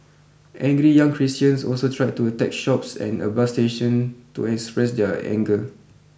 angry young Christians also tried to attack shops and a bus station to express their anger